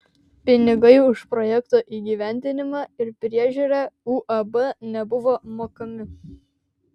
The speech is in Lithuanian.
pinigai už projekto įgyvendinimą ir priežiūrą uab nebuvo mokami